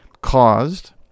caused